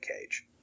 Cage